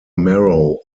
morrow